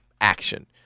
action